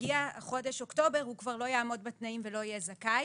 כשיגיע חודש אוקטובר הוא כבר לא יעמוד בתנאים ולא יהיה זכאי